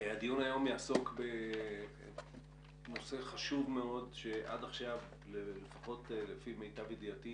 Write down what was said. הדיון היום יעסוק בנושא חשוב מאוד שעד עכשיו לפחות למיטב ידיעתי